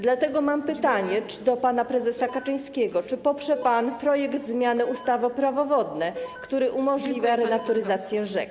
Dlatego mam pytanie do pana prezesa Kaczyńskiego: Czy poprze pan projekt zmiany ustawy - Prawo wodne, który umożliwia renaturyzację rzek?